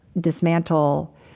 dismantle